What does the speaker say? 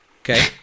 Okay